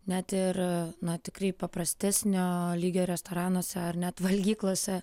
net ir na tikrai paprastesnio lygio restoranuose ar net valgyklose